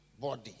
body